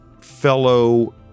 fellow